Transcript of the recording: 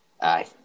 Aye